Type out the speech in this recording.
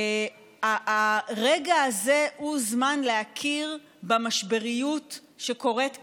הרגע הזה הוא זמן להכיר במשבריות שקורית כאן,